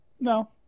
No